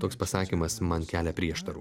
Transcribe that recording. toks pasakymas man kelia prieštarų